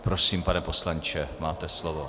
Prosím, pane poslanče, máte slovo.